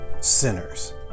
sinners